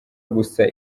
gusa